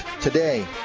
Today